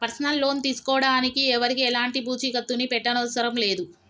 personal loan తీసుకోడానికి ఎవరికీ ఎలాంటి పూచీకత్తుని పెట్టనవసరం లేదు